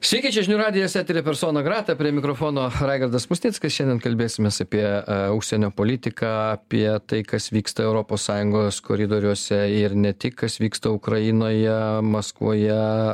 sveiki čia žinių radijas eteryje persona grata prie mikrofono raigardas musnickas šiandien kalbėsimės apie užsienio politiką apie tai kas vyksta europos sąjungos koridoriuose ir ne tik kas vyksta ukrainoje maskvoje